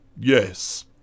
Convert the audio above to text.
Yes